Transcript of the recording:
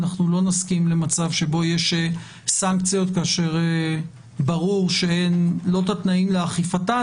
אנחנו לא נסכים למצב שבו יש סנקציות כאשר ברור שאין התנאים לאכיפתם